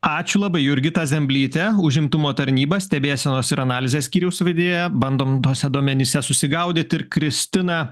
ačiū labai jurgita zimblytė užimtumo tarnyba stebėsenos ir analizės skyriaus vedėja bandom tuose duomenyse susigaudyt ir kristina